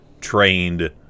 trained